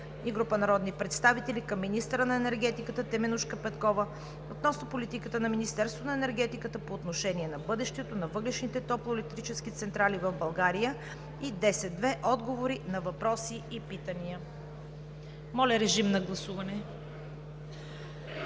и Атанас Костадинов към министъра на енергетиката Теменужка Петкова относно политиката на Министерството на енергетиката по отношение на бъдещето на въглищните топлоелектрически централи в България; 10.2. Отговори на въпроси и питания.“ Моля, режим на гласуване.